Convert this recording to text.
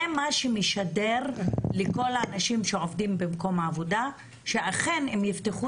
זה מה שמשדר לכל האנשים שעובדים במקום העבודה שאכן אם הם יפתחו